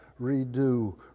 redo